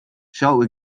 zou